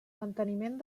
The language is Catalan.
manteniment